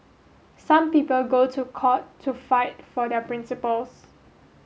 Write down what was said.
some people go to court to fight for their principles